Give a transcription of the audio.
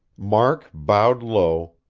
mark bowed low,